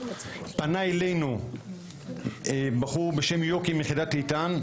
פנה אלינו בחור בשם יוקי מיחידת אית"ן,